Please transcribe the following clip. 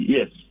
Yes